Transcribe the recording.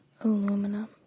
aluminum